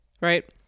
right